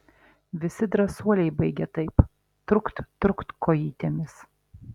visi drąsuoliai baigia taip trukt trukt kojytėmis